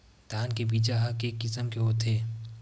धान के बीजा ह के किसम के होथे?